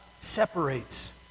separates